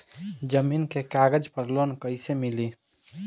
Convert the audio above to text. जमीन के कागज पर लोन कइसे मिली?